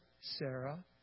Sarah